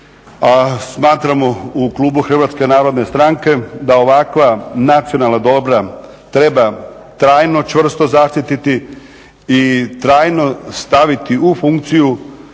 Smatramo u klubu Hrvatske narodne stranke da ovakva nacionalna dobra treba trajno čvrsto zaštiti i trajno staviti u funkciju